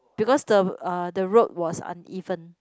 because the uh the road was uneven